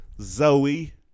Zoe